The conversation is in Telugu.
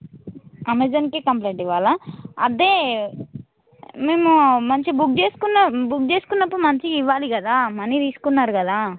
అమెజాన్కు కంప్లైంట్ ఇవ్వాలా అదే మేము మంచి బుక్ చేసుకున్న బుక్ చేసుకున్నప్పుడు మంచి ఇవ్వాలి కదా మనీ తీసుకున్నారు కదా